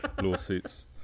lawsuits